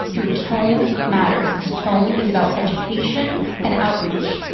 your tone matters because tone is about education and outreach.